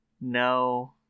No